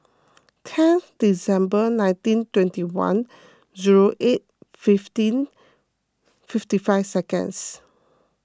ten December nineteen twenty one zero eight fifteen fifty five seconds